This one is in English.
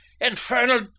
infernal